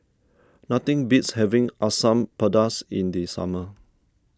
nothing beats having Asam Pedas in the summer